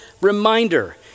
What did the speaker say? reminder